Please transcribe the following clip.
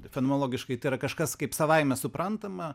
fenomenologiškai tai yra kažkas kaip savaime suprantama